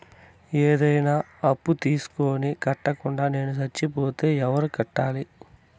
ఏదైనా అప్పు తీసుకొని కట్టకుండా నేను సచ్చిపోతే ఎవరు కట్టాలి?